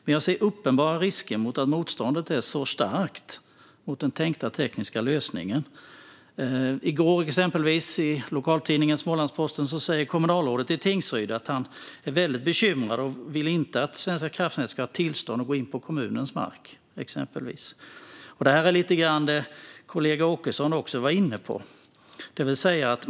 Men jag ser uppenbara risker med att motståndet är så starkt mot den tänkta tekniska lösningen. I går uttalade exempelvis kommunalrådet i Tingsryd i lokaltidningen Smålandsposten att han är väldigt bekymrad och inte vill att Svenska kraftnät ska ha tillstånd att gå in på kommunens mark. Det här är lite grann det som kollegan Åkesson också var inne på.